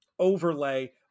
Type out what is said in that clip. overlay